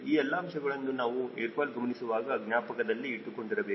ಈ ಎಲ್ಲಾ ಅಂಶಗಳನ್ನು ನಾವು ಏರ್ ಫಾಯ್ಲ್ ಗಮನಿಸುವಾಗ ಜ್ಞಾಪಕದಲ್ಲಿ ಇಟ್ಟುಕೊಂಡಿರಬೇಕು